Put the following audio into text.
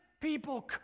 people